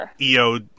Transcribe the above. EO